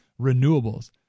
renewables